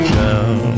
down